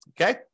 okay